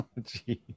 jeez